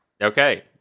Okay